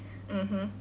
mmhmm